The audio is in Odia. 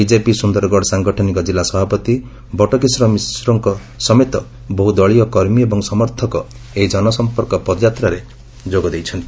ବିଜେପି ସୁନ୍ଦରଗଡ଼ ସାଙ୍ଗଠନିକ ଜିଲ୍ଲା ସଭାପତି ବଟକିଶୋର ମିଶ୍ରଙ୍କ ସମେତ ବହୁ ଦଳୀୟ କର୍ମୀ ଏବଂ ସମର୍ଥକ ଏହି ଜନସମ୍ମର୍କ ପଦଯାତ୍ରାରେ ଯୋଗ ଦେଇଛନ୍ତି